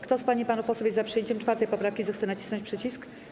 Kto z pań i panów posłów jest za przyjęciem 4. poprawki, zechce nacisnąć przycisk.